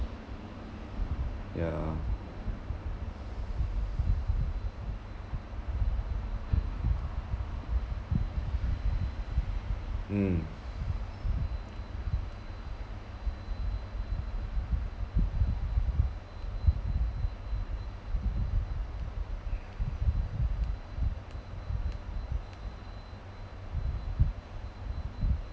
ya mm